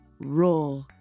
raw